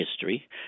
history